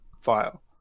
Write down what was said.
file